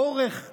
לאורך זמן,